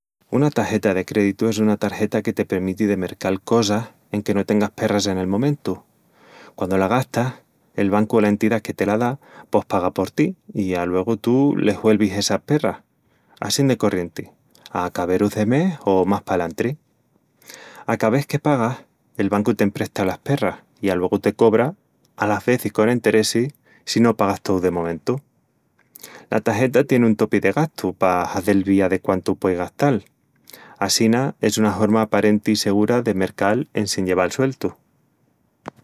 Una tageta de créditu es una tageta que te premiti de mercal cosas enque no tengas perras en el momentu. Quandu la gastas, el bancu o la entidá que te la da pos paga por ti i aluegu tú les güelvis essas perras, assín de corrienti, a acaberus de mes o más palantri. A ca vés que pagas, el bancu t'empresta las perras i aluegu te cobra, alas vezis con enteressis si no pagas tou de momentu. La tageta tien un topi de gastu pa hazel vía de quántu pueis gastal. Assina, es una horma aparenti i segura de mercal en sin lleval sueltu..